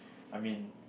I mean